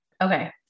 okay